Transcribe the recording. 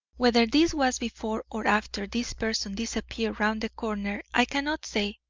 whether this was before or after this person disappeared round the corner i cannot say,